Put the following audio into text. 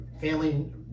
family